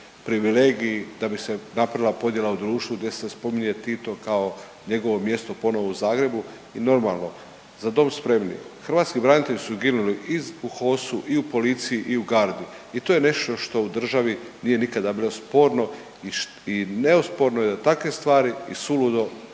Hrvatski branitelji su ginuli i u HOS-u i u policiji i u gardi i to je nešto što u državi nije nikada bilo sporno i neosporno je da takve stvari i suludo